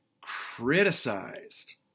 criticized